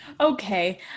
Okay